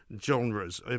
genres